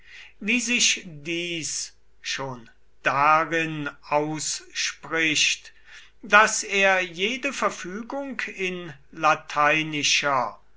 wie sich dies schon darin ausspricht daß er jede verfügung in lateinischer